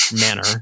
manner